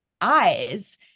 eyes